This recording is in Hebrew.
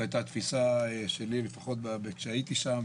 זו הייתה התפיסה שלי לפחות כשהייתי שם,